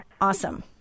awesome